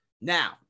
Now